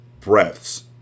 breaths